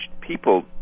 people